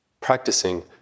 practicing